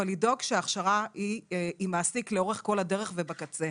אבל לדאוג שההכשרה היא עם מעסיק לאורך כל הדרך ובקצה.